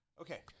Okay